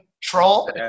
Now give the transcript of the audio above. troll